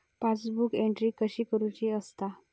Passbook entry कशी करुची असता?